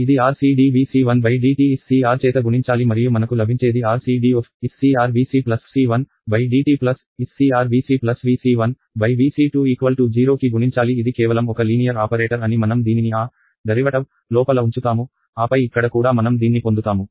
ఇది RC d Vc1dt SCR చేత గుణించాలి మరియు మనకు లభించేది RC dSCR Vc Vc1dt SCR VcVc1Vc20 కి గుణించాలి ఇది కేవలం ఒక లీనియర్ ఆపరేటర్ అని మనం దీనిని ఆ ఉత్పన్నం లోపల ఉంచుతాము ఆపై ఇక్కడ కూడా మనం దీన్ని పొందుతాము